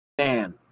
man